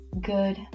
good